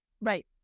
Right